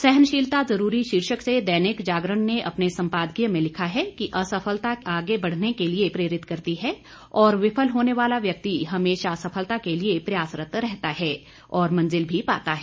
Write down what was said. सहनशीलता जरूरी शीर्षक से दैनिक जागरण ने अपने संपादकीय में लिखा है कि असफलता ही आगे बढ़ने के लिए प्रेरित करती है और विफल होने वाला व्यक्ति हमेशा सफलता के लिए प्रयासरत रहता है और मंजिल भी पाता है